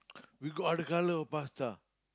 we got other colour of pasta